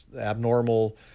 abnormal